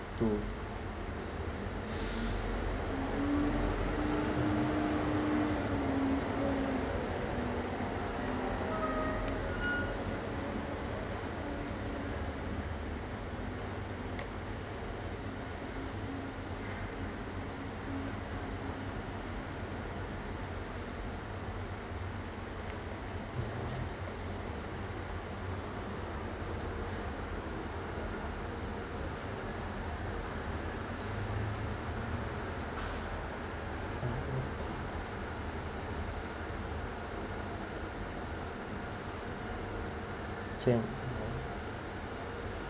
to